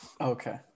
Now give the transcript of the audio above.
Okay